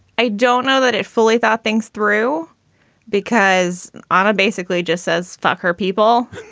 i don't know that it fully thought things through because on a basically just says, fuck her people,